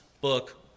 book